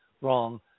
wrong